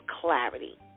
clarity